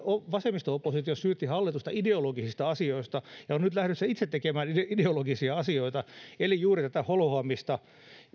vasemmisto oppositio syytti hallitusta ideologisista asioista ja on nyt itse lähdössä tekemään ideologisia asioita eli juuri tätä holhoamista